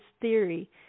theory